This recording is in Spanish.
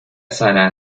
sara